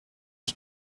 ich